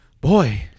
boy